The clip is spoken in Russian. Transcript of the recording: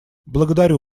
благодарю